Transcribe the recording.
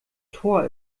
tor